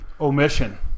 Omission